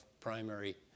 primary